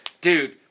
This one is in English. dude